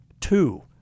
two